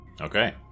Okay